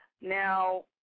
Now